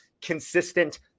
consistent